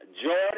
Jordan